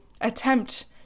attempt